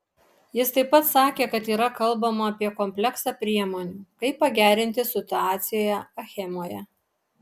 jis taip pat sakė kad yra kalbama apie kompleksą priemonių kaip pagerinti situaciją achemoje